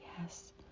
yes